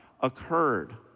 occurred